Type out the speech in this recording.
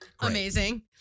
Amazing